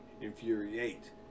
Infuriate